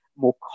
more